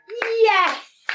Yes